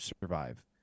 survive